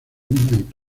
vidas